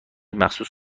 مخصوص